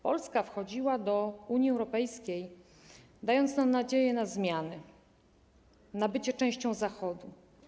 Polska wchodziła do Unii Europejskiej, dając nam nadzieję na zmiany, na bycie częścią Zachodu.